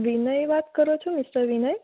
વિનય વાત કરો છો મિસ્ટર વિનય